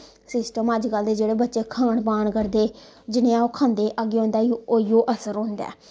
system अजकल दे जेह्ड़े बच्चे खान पान करदे जनेहा ओह् खंदे अग्गें उं'दा ओईयो असर होंदा ऐ